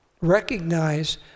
Recognize